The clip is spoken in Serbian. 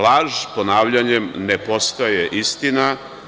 Laž ponavljanjem ne postaje istina.